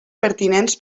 pertinents